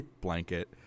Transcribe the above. blanket